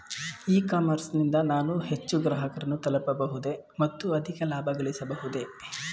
E ಕಾಮರ್ಸ್ ನಿಂದ ನಾನು ಹೆಚ್ಚು ಗ್ರಾಹಕರನ್ನು ತಲುಪಬಹುದೇ ಮತ್ತು ಅಧಿಕ ಲಾಭಗಳಿಸಬಹುದೇ?